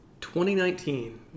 2019